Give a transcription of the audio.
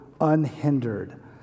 unhindered